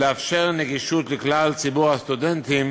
לאפשר נגישות לכלל ציבור הסטודנטים